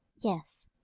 yes.